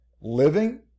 living